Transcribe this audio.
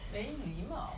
没礼貌